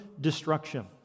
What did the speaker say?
destruction